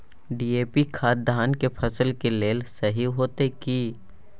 DAP खाद धान के फसल के लेल सही होतय की?